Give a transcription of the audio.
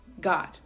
God